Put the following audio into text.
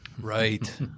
Right